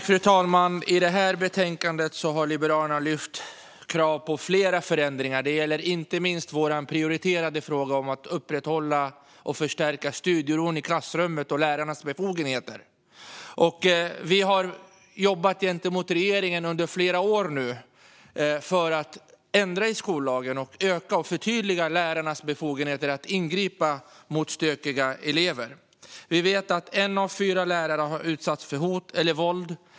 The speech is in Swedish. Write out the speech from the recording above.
Fru talman! I det här betänkandet har Liberalerna lyft fram krav på flera förändringar. Det gäller inte minst vår prioriterade fråga om att upprätthålla och förstärka studieron i klassrummet och lärarnas befogenheter. Vi har nu jobbat gentemot regeringen under flera år för att ändra i skollagen och öka och förtydliga lärarnas befogenheter att ingripa mot stökiga elever. Vi vet att en av fyra lärare har utsatts för hot eller våld.